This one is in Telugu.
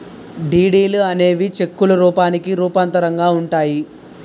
డీడీలు అనేవి చెక్కుల రూపానికి రూపాంతరంగా ఉంటాయి